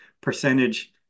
percentage